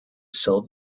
cell